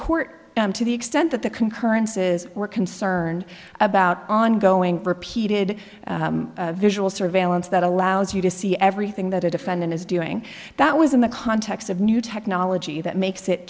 court to the extent that the concurrences were concerned about ongoing repeated visual surveillance that allows you to see everything that a defendant is doing that was in the context of new technology that makes it